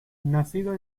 nacido